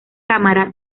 cámara